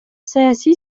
саясий